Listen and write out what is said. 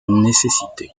nécessité